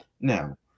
Now